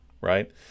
right